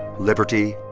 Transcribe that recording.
liberty.